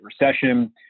Recession